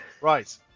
Right